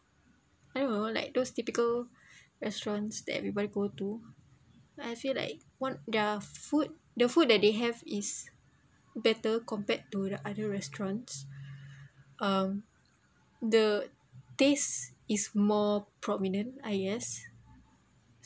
I don't know like those typical restaurants that everybody go to I feel like one their food the food that they have is better compared to the other restaurants um the taste is more prominent I guess